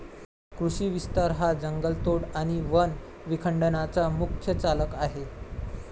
कृषी विस्तार हा जंगलतोड आणि वन विखंडनाचा मुख्य चालक आहे